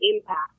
impact